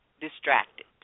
distracted